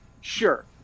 sure